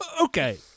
Okay